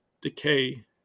decay